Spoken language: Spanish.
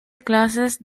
clases